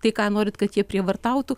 tai ką norit kad jie prievartautų